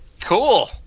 Cool